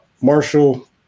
Marshall